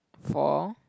for